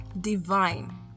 divine